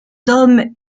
hommes